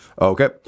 Okay